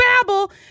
babble